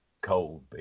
cold